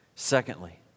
Secondly